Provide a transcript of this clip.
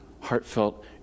heartfelt